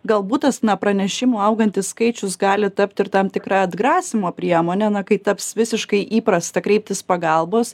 galbūt tas na pranešimų augantis skaičius gali tapt ir tam tikra atgrasymo priemone na kai taps visiškai įprasta kreiptis pagalbos